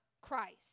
Christ